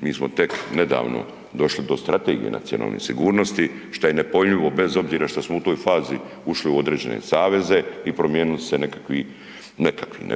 mi smo tek nedavno došli do strategije nacionalne sigurnosti što je nepojmljivo bez obzira što smo u toj fazi ušli u određene saveze i promijenili su se nekakvi, nekakvi